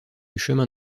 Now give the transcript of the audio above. chemin